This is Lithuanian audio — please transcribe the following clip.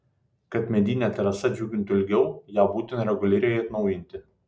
kad medinė terasa džiugintų ilgiau ją būtina reguliariai atnaujinti